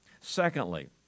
Secondly